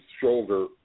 shoulder